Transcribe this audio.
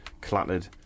clattered